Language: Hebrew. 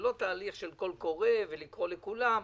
זה לא תהליך של קול קורא ולקרוא לכולם.